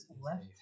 left